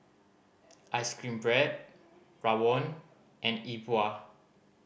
ice cream bread rawon and E Bua